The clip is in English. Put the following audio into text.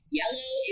yellow